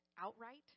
outright